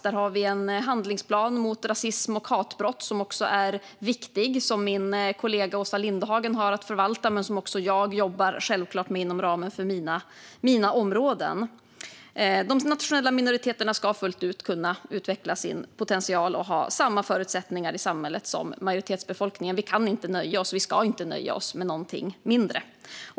Där har vi en handlingsplan mot rasism och hatbrott som också är viktig och som min kollega Åsa Lindhagen har att förvalta men som självklart också jag jobbar med inom ramen för mina områden. De nationella minoriteterna ska fullt ut kunna utveckla sin potential och ha samma förutsättningar i samhället som majoritetsbefolkningen. Vi kan inte och ska inte nöja oss med någonting mindre.